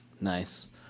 Nice